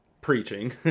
preaching